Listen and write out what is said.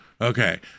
Okay